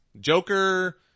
Joker